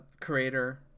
creator